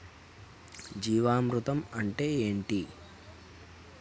జీవామృతం అంటే ఏంటి?